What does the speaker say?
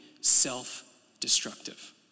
self-destructive